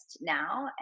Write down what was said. now